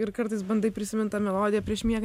ir kartais bandai prisimint tą melodiją prieš miegą